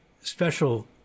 special